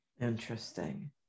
Interesting